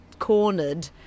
cornered